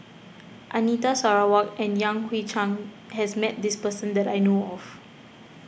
Anita Sarawak and Yan Hui Chang has met this person that I know of